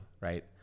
Right